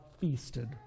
feasted